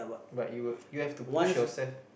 but you you have to push yourself